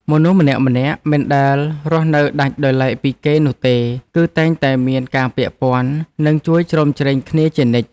មនុស្សម្នាក់ៗមិនដែលរស់នៅដាច់ដោយឡែកពីគេនោះទេ គឺតែងតែមានការពាក់ព័ន្ធ និងជួយជ្រោមជ្រែងគ្នាជានិច្ច។